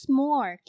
more